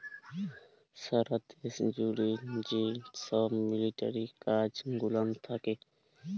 সারা দ্যাশ জ্যুড়ে যে ছব মিলিটারি কাজ গুলান থ্যাকে